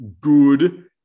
good